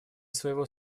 своего